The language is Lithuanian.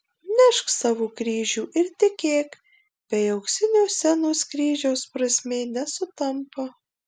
nešk savo kryžių ir tikėk bei auksinio scenos kryžiaus prasmė nesutampa